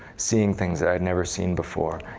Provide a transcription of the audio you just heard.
seeing things i had never seen before.